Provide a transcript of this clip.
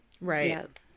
Right